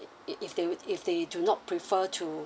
if they if they do not prefer to